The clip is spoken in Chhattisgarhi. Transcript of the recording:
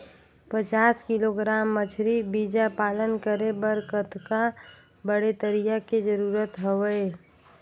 पचास किलोग्राम मछरी बीजा पालन करे बर कतका बड़े तरिया के जरूरत हवय?